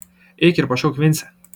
eik ir pašauk vincę